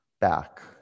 back